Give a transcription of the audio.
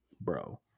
bro